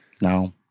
No